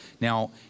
Now